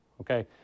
Okay